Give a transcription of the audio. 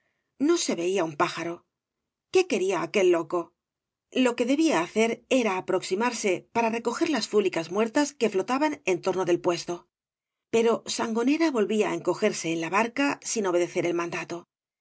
no se veía un pájaro qué quería aquel loco lo que debía hacer era aproximarse para recoger las fúlicas muertas que flotaban en torno del puesto pero sangonera volvía á encogerse en la barca sin obedecer el mandato